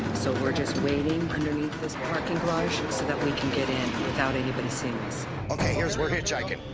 so we're just waiting underneath this parking garage and so that we can get in without anybody seeing us. ok, here's we're hitchhiking.